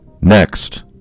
Next